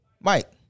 mike